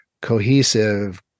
cohesive